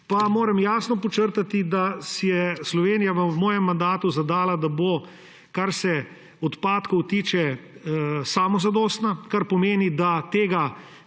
pa moram jasno podčrtati, da si je Slovenija v mojem mandatu zadala, da bo, kar se odpadkov tiče, samozadostna, kar pomeni, da tega